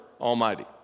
Almighty